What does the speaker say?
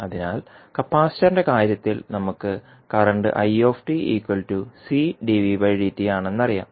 അതിനാൽ കപ്പാസിറ്ററിന്റെ കാര്യത്തിൽ നമുക്ക് കറന്റ് ആണെന്നറിയാം